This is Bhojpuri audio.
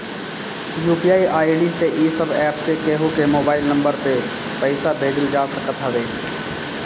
यू.पी.आई आई.डी से इ सब एप्प से केहू के मोबाइल नम्बर पअ पईसा भेजल जा सकत हवे